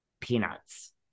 peanuts